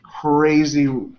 crazy